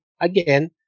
again